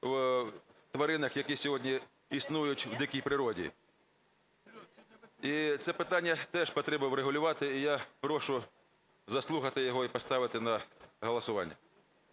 в тваринах, які сьогодні існують в дикій природі. І це питання теж потрібно врегулювати, і я прошу заслухати його і поставити на голосування.